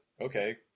okay